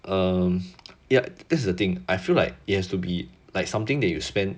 um ya that's the thing I feel like it has to be like something that you spend